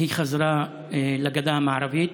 היא חזרה לגדה המערבית,